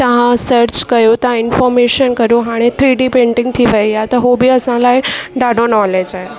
तव्हां सर्च कयो तव्हां इंफ़ोर्मेशन करो हाणे थ्री डी पेंटिंग थी वेई त उहो बि असां लाइ ॾाढो नॉलेज आहे